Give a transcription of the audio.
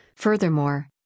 Furthermore